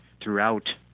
throughout